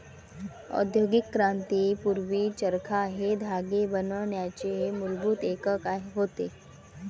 औद्योगिक क्रांती पूर्वी, चरखा हे धागे बनवण्याचे मूलभूत एकक होते